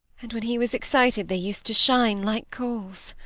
and when he was excited they used to shine like coals